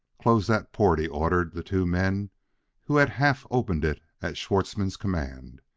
close that port! he ordered the two men who had half-opened it at schwartzmann's command.